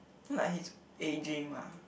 not like he is ageing mah